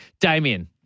Damien